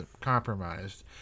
compromised